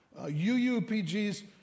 UUPGs